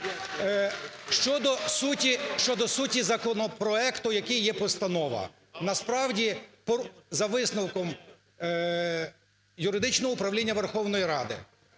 Щодо суті законопроекту, який є постанова. Насправді, за висновком юридичного управління Верховної Ради